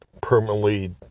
permanently